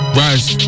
rise